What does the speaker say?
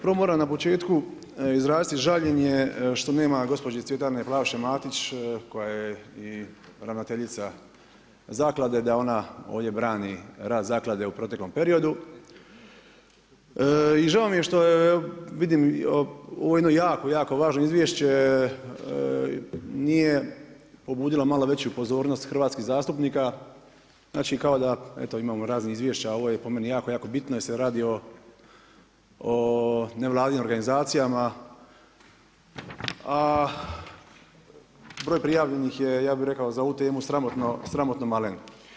Prvo moram na početku izraziti žaljenje što nema gospođice Cvjetane Plavše Matić koja je i ravnatelja zaklade da ona ovdje brani rad zakade u protekom periodu i žao mi je što vidim da ovo jedno jako, jako važno izvješće nije pobudilo malo veću pozornost hrvatskih zastupnika, znači da kao da imamo raznih izvješća, ovo je po meni jako, jako bitno jer se radi o ne vladinim organizacijama a broj prijavljenih je, ja bi rekao za ovu temu, sramotno malen.